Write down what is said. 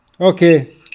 Okay